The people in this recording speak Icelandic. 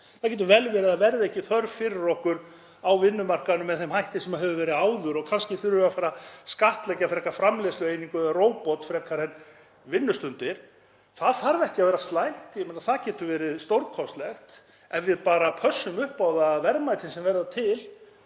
Það getur vel verið að það verði ekki þörf fyrir okkur á vinnumarkaðnum með þeim hætti sem hefur verið áður og kannski þurfum við að fara að skattleggja framleiðslueiningu eða róbot frekar en vinnustundir. Það þarf ekki að vera slæmt. Það getur verið stórkostlegt ef við bara pössum upp á að verðmæti sem verða til